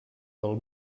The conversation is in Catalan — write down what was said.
del